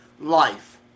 life